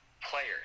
players